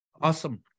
Awesome